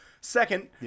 Second